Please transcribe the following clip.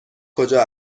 کجا